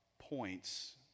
points